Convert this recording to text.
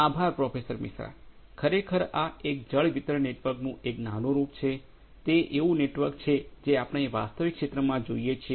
આભાર પ્રોફેસર મિશ્રા ખરેખર આ એક જળ વિતરણ નેટવર્કનું એક નાનુરૂપ છે તે એવું નેટવર્ક છે જે આપણે વાસ્તવિક ક્ષેત્રમાં જોઈએ છીએ